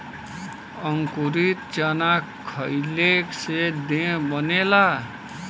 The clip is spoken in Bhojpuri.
अंकुरित चना खईले से देह बनेला